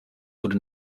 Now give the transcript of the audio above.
wurde